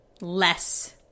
less